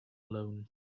loan